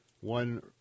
one